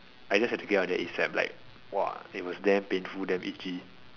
I just had to get out of there ASAP like !wah! it was damn painful damn itchy